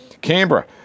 Canberra